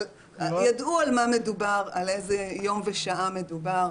ידעו על מה מדובר ועל איזה יום ושעה מדובר,